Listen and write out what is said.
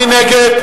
מי נגד?